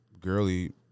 girly